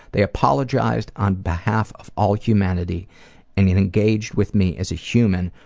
they apologized on behalf of all humanity and engaged with me as a human,